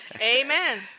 Amen